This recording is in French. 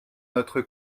notre